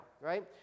right